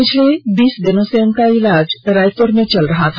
पिछले बीस दिनों से उनका इलाज रायपुर में चल रहा था